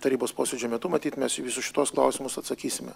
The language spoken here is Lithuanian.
tarybos posėdžio metu matyt mes į visus šituos klausimus atsakysime